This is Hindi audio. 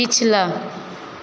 पिछला